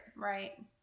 Right